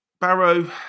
Barrow